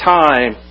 time